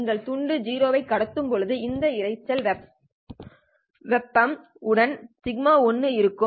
நீங்கள் துண்டு 0 ஐ கடத்தும்போது அந்த இரைச்சல் வெப்ப இரைச்சல் உடன் σ1 இருக்கும்